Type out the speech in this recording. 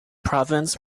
province